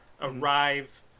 arrive